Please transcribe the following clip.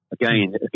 again